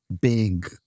big